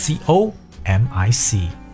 C-O-M-I-C